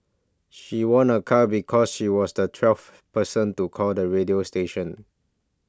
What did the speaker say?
she won a car because she was the twelfth person to call the radio station